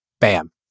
bam